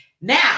Now